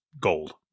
gold